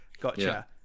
gotcha